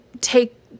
take